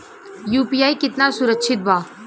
UPI कितना सुरक्षित बा?